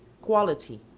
quality